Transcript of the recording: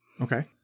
Okay